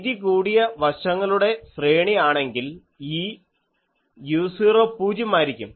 വീതി കൂടിയ വശങ്ങളുടെ ശ്രേണി ആണെങ്കിൽ ഈ u0 പൂജ്യമായിരിക്കും